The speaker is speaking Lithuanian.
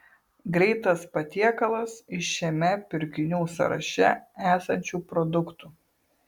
greitas patiekalas iš šiame pirkinių sąraše esančių produktų